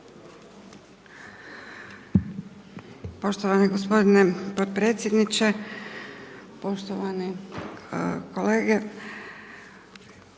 Poštovani gospodine podpredsjedniče, poštovani kolege